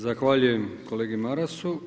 Zahvaljujem kolegi Marasu.